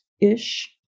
ish